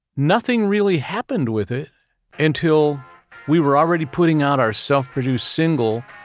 nothing really happened with it until we were already putting out our self-produced single,